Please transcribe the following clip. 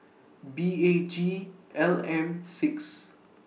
B A G L M six